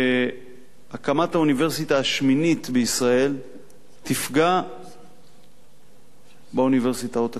שהקמת האוניברסיטה השמינית בישראל תפגע באוניברסיטאות הקיימות.